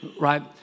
right